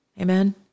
Amen